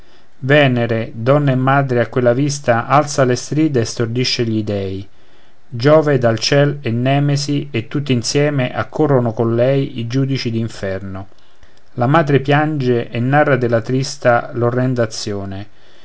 venere donna e madre a quella vista alza le strida e stordisce gli dèi giove dal cielo e nemesi e tutti insieme accorrono con lei i giudici d'inferno la madre piange e narra della trista l'orrenda azione